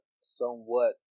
somewhat